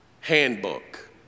Handbook